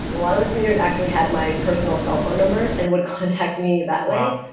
and a lot of the cleaners actually had my personal cellphone number and would contact me that way.